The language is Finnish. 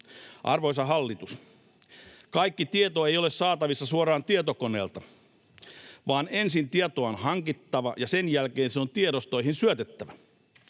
Arvoisa hallitus! Kaikki tieto ei ole saatavissa suoraan tietokoneelta, vaan ensin tietoa on hankittava ja sen jälkeen se on tiedostoihin syötettävä.